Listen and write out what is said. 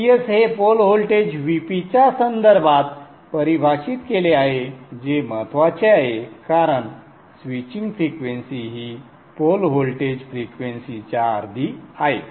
Ts हे pole voltage Vp च्या संदर्भात परिभाषित केले आहे जे महत्वाचे आहे कारण स्विचिंग फ्रिक्वेंसी ही पोल व्होल्टेज फ्रिक्वेंसीच्या अर्धी आहे